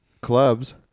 clubs